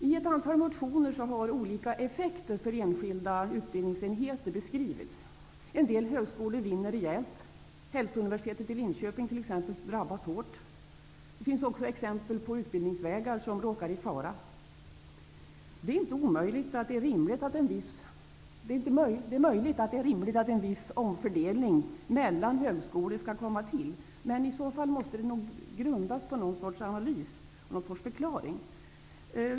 I ett antal motioner har olika effekter för de enskilda utbildningsenheterna beskrivits. En del högskolor vinner rejält. Men Hälsouniversitetet i Linköping t.ex drabbas hårt. Det finns också exempel på utbildningsvägar som råkar i fara. Det är möjligt att det är rimligt att en viss omfördelning mellan högskolor skall komma till stånd, men i så fall måste det nog grundas på någon sorts analys och förklaring.